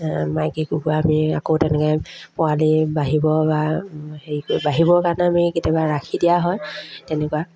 মাইকী কুকুৰা আমি আকৌ তেনেকৈ পোৱালি বাঢ়িব বা হেৰি কৰি বাঢ়িবৰ কাৰণে আমি কেতিয়াবা ৰাখি দিয়া হয় তেনেকুৱা